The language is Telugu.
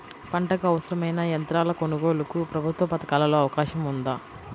పంటకు అవసరమైన యంత్రాల కొనగోలుకు ప్రభుత్వ పథకాలలో అవకాశం ఉందా?